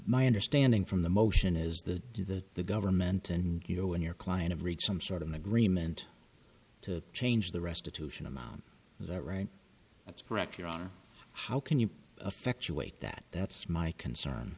my understanding from the motion is the to the government and you know in your client of reach some sort of an agreement to change the restitution amount is that right that's correct your honor how can you effect your weight that that's my concern